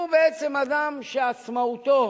הוא בעצם אדם שעצמאותו